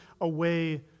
away